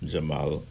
Jamal